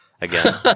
again